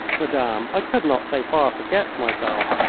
madame, i could not so far forget myself.